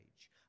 age